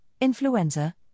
influenza